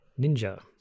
ninja